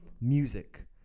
music